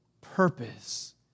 purpose